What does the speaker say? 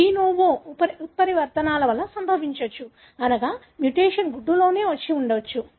D novo ఉత్పరివర్తనాల వల్ల సంభవించవచ్చు అనగా మ్యుటేషన్ గుడ్డులోనే వచ్చి ఉండవచ్చు